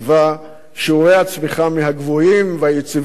שיעורי הצמיחה מהגבוהים והיציבים בעולם,